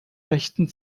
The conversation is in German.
rechten